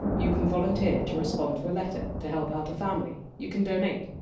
you can volunteer to respond to a letter, to help out a family, you can donate,